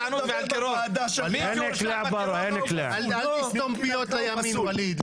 אל תסתום פיות לימין, ווליד.